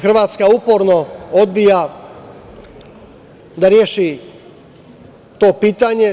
Hrvatska uporno odbija da reši to pitanje.